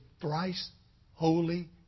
thrice-holy